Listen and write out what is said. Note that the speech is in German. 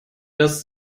das